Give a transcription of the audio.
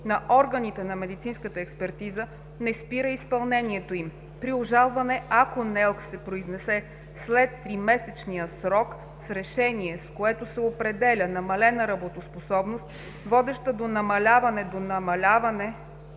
на органите на медицинската експертиза не спира изпълнението им. При обжалване, ако НЕЛК се произнесе след тримесечния срок с решение, с което се определя намалена работоспособност, водеща до намаляване до намаляване